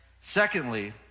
Secondly